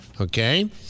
Okay